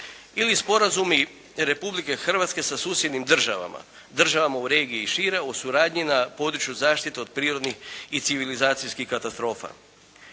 ili sporazumi Republike Hrvatske sa susjednim državama, državama u regiji i šire, o suradnji na području zaštite od prirodnih i civilizacijskih katastrofa.